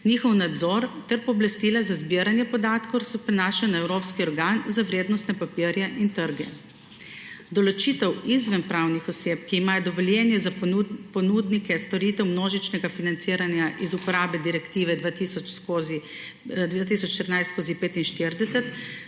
njihov nadzor ter pooblastila za zbiranje podatkov se prenaša na evropski organ za vrednostne papirje in trge; določitev izvenpravnih oseb, ki imajo dovoljenje za ponudnike storitev množičnega financiranja iz uporabe Direktive 2014/45,